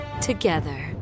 together